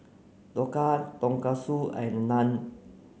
Dhokla Tonkatsu and Naan